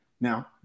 Now